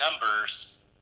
numbers